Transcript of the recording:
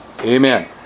Amen